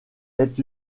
est